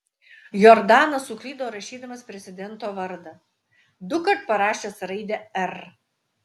jordanas suklydo rašydamas prezidento vardą dukart parašęs raidę r